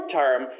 term